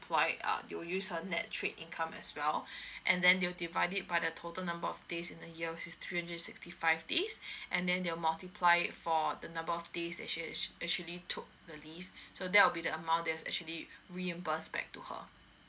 employed err they'll use her net trick income as well and then they'll divide it by the total number of days in the year of three hundred and sixty five days and then they'll multiply it for the number of days that she has actually took the leave so that would be the amount that's actually reimburse back to her